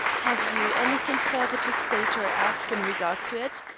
have you anything further to state or ask in regard to it.